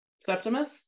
Septimus